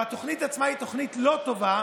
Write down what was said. והתוכנית עצמה היא תוכנית לא טובה,